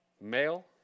male